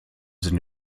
sind